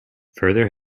further